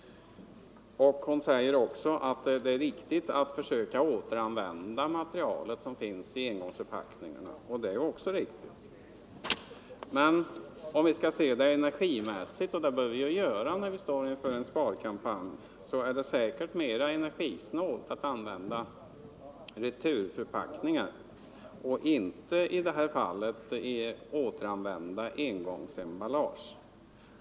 Vidare säger fru Theorin att det är viktigt att försöka återanvända det material som finns i engångsförpackningarna, och det stämmer. Men om vi skall se det energimässigt — och det bör vi ju göra när vi står inför en sparkampanj — är det säkerligen mer energisnålt att använda returförpackningar och inte i det här fallet återanvända engångsemballage.